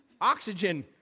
Oxygen